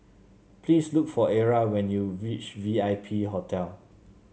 please look for Era when you reach V I P Hotel